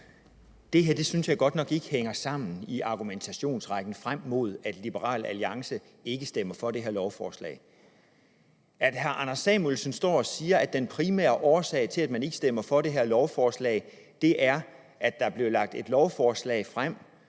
Det her synes jeg godt nok ikke hænger sammen i argumentationsrækken op til, at Liberal Alliance ikke stemmer for det her lovforslag. Hr. Anders Samuelsen står og siger, at den primære årsag til, at man ikke stemmer for det her lovforslag, er, at der blev fremsat et lovforslag,